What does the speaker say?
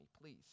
please